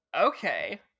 okay